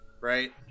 right